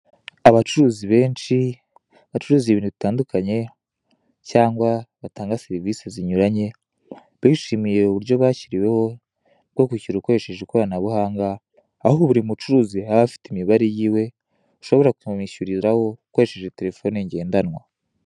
Abacuruzi benshi bacuruza ibintu bitandukanye cyangwa batanga serivise zinyuranye, bishimiye uburyo bashyiriweho bwo kwishyura ukoresheje ikoranabuhanga, aho biri mucuruzi aba afite imibare yiwe ushobora kumwishyuriraho ukoresheje telefone ngendanwa.